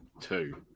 Two